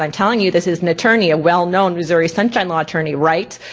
um telling you this is an attorney, a well known missouri sunshine law attorney, right?